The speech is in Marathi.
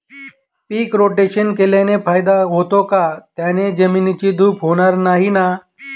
पीक रोटेशन केल्याने फायदा होतो का? त्याने जमिनीची धूप होणार नाही ना?